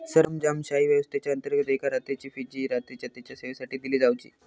सरंजामशाही व्यवस्थेच्याअंतर्गत एका रात्रीची फी जी रात्रीच्या तेच्या सेवेसाठी दिली जावची